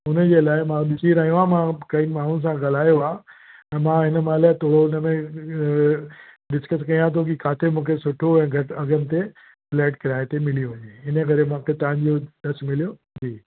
हुननि जे लाइ मां ॾिसी रहियो आहियां मां कईं माण्हुनि सां ॻाल्हायो आहे त मां हिन महिल थोरो हुन में डिस्कस कयां थो की किथे मूंखे सुठो ऐं घटि अघनि ते फ़्लैट किराए ते मिली वञे इन करे मां खे तव्हांजो एड्रेस मिलियो जी